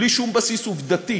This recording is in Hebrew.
בלי שום בסיס עובדתי.